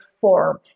form